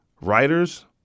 Writers